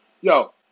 Yo